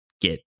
get